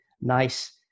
nice